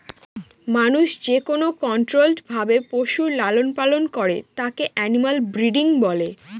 মানুষ যেকোনো কন্ট্রোল্ড ভাবে পশুর লালন পালন করে তাকে এনিম্যাল ব্রিডিং বলে